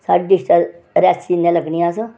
साढ़ी डिस्ट्रिक रियासी कन्नै लग्गने आं अस